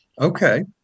okay